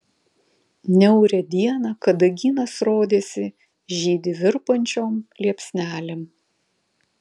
niaurią dieną kadagynas rodėsi žydi virpančiom liepsnelėm